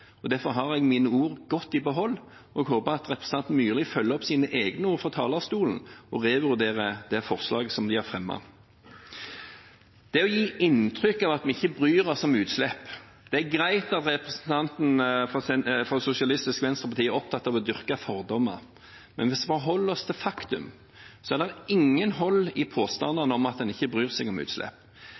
og derfor har jeg mine ord godt i behold. Jeg håper at representanten Myrli følger opp sine egne ord fra talerstolen og revurderer det forslaget som de har vært med på å fremme. Til det å gi inntrykk av at vi ikke bryr oss om utslipp: Det er greit at representanten fra Sosialistisk Venstreparti er opptatt av å dyrke fordommer, men hvis vi holder oss til faktum, er det ikke noe hold i påstandene om at en ikke bryr seg om